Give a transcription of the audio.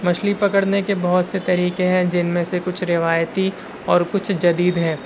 مچھلی پکڑنے کے بہت سے طریقے ہیں جن میں سے کچھ روایتی اور کچھ جدید ہے